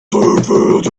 faded